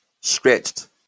stretched